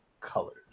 colors